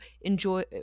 enjoy